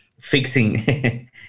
fixing